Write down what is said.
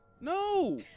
No